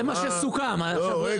זה מה שסוכם, עכשיו הם אומרים שזה לא.